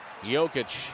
Jokic